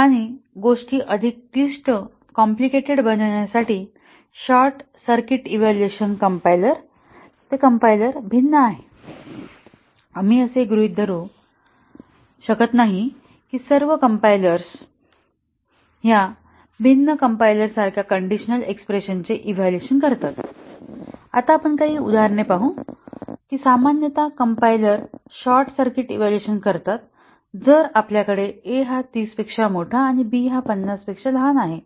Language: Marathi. आणि गोष्टी अधिक क्लिष्ट बनविण्यासाठी शॉर्ट सर्किट इव्हॅल्युएशन कम्पाइलर ते कंपाइलर भिन्न आहे आम्ही असे गृहीत धरू शकत नाही की सर्व कंपाईलर्स या भिन्न कंपाईलर्ससारख्या कंडिशनल एक्स्प्रेशन चे इव्हॅल्युएशन करतात आता आपण काही उदाहरणे पाहू या की सामान्यत कंपाईलर शॉर्ट सर्किट इव्हॅल्युएशन करतात जर आपल्याकडे a 30 आणि b 50